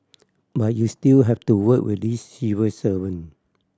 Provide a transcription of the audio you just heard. but you still have to work with these civil servant